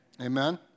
Amen